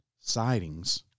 sightings